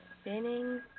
Spinning